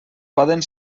poden